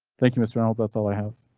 thank you, miss reynolds. that's all i have.